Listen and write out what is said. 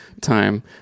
time